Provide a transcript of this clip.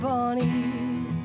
Bonnie